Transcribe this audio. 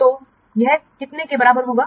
तो यह कितने के बराबर होगा